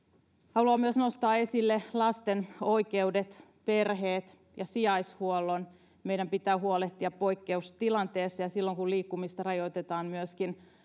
haluan myös nostaa esille lasten oikeudet perheet ja sijaishuollon meidän pitää huolehtia poikkeustilanteessa niistä ja silloin kun liikkumista rajoitetaan pitää myöskin